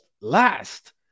last